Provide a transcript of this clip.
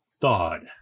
thawed